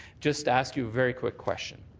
just ask you a very quick question.